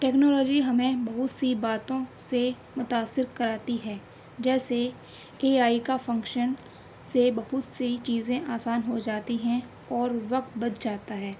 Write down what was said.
technology ہمیں بہت سی باتوں سے متأثر کراتی ہے جیسے اے آئی کا فنکشن سے بہت سی چیزیں آسان ہو جاتی ہیں اور وقت بچ جاتا ہے